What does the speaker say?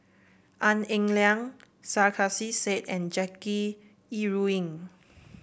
Tan Eng Liang Sarkasi Said and Jackie Yi Ru Ying